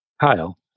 Kyle